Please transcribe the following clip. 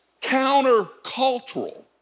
counter-cultural